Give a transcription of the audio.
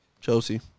Chelsea